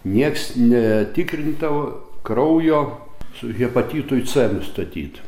nieks ne tikrintavo kraujo su hepatitui c nustatyt